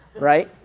right.